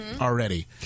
already